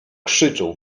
krzyczą